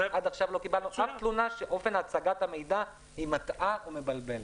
עד עכשיו לא קיבלנו שום תלונה שאופן הצגת המידע מטעה או מבלבלת.